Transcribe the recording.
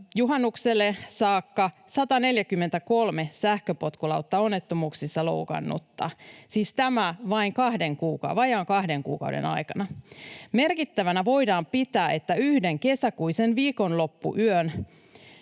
juhannukselle saakka, 143 sähköpotkulautaonnettomuuksissa loukkaantunutta — siis tämä vain vajaan kahden kuukauden aikana. Merkittävänä voidaan pitää, että yhden kesäkuisen viikonloppuyön